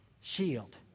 shield